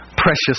Precious